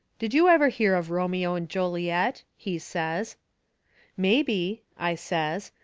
did you ever hear of romeo and joliet? he says mebby, i says,